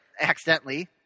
accidentally